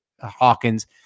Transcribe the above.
Hawkins